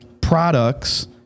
products